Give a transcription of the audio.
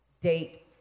date